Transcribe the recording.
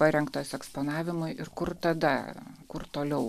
parengtos eksponavimui ir kur tada kur toliau